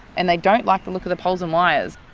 and they don't like the look of the poles and wires.